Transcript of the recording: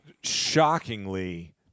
Shockingly